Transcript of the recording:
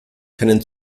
keinen